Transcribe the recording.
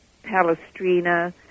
Palestrina